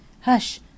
Hush